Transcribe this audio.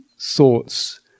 thoughts